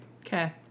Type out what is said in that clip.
Okay